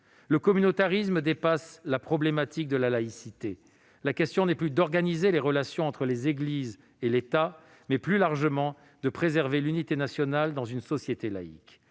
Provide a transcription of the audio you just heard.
Le communautarisme dépasse la problématique de la laïcité : la question n'est plus d'organiser les relations entre les Églises et l'État, mais, plus largement, de préserver l'unité nationale dans une société laïque.